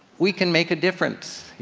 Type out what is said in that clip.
we can make a difference,